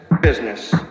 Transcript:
Business